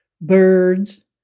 birds